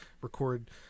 record